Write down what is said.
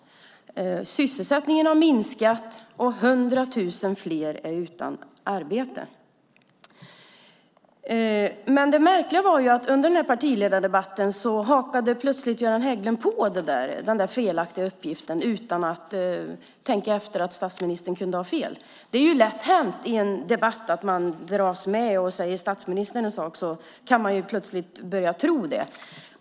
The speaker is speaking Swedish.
Sysselsättningen har minskat, och 100 000 fler är utan arbete. Det märkliga var att under denna partiledardebatt hakade Göran Hägglund på den felaktiga uppgiften utan att tänka på att statsministern kunde ha fel. Det är lätt hänt att man dras med i en debatt, och säger statsministern en sak kan man börja tro på den.